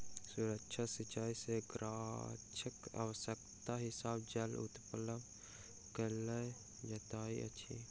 सुक्ष्म सिचाई में गाछक आवश्यकताक हिसाबें जल उपलब्ध कयल जाइत अछि